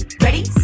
ready